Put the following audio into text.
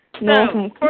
No